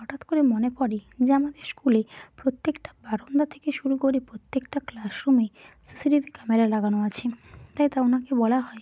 হঠাৎ করে মনে পড়ে যে আমাদের স্কুলে প্রত্যেকটা বারান্দা থেকে শুরু করে প্রত্যেকটা ক্লাসরুমে সিসিটিভি ক্যামেরা লাগানো আছে তাই তা ওনাকে বলা হয়